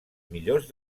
millors